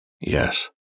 Yes